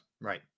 Right